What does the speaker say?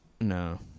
No